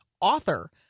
author